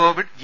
Covid G